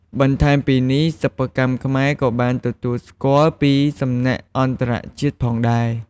បន្ថែមពីនេះ សិប្បកម្មខ្មែរក៏បានទទួលស្គាល់ពីសំណាក់អន្តរជាតិផងដែរ។